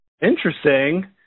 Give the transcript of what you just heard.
Interesting